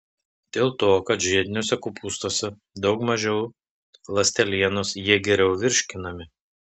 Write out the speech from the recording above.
dėl to kad žiediniuose kopūstuose daug mažiau ląstelienos jie geriau virškinami